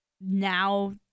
now